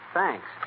thanks